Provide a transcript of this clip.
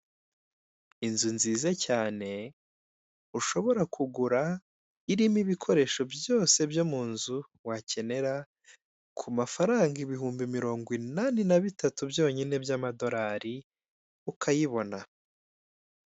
Inzu nziza cyane, ushobora kugura, irimo ibikoresho byose byo munzu wa kenera, ku mafaranga ibihumbi mirongo inani na bitatu byonyine by'amadorali, ukayibona.